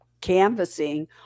canvassing